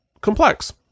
complex